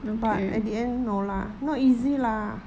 but at the end no lah not easy lah